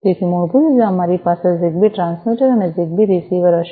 તેથી મૂળભૂત રીતે અમારી પાસે જીગબી ટ્રાન્સમીટર અને જીગબી રીસીવર હશે